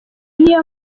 niyo